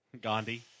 Gandhi